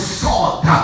salt